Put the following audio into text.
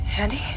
Andy